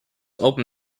open